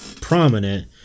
prominent